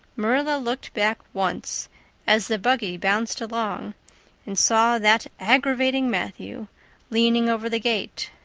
marilla looked back once as the buggy bounced along and saw that aggravating matthew leaning over the gate,